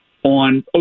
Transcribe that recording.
on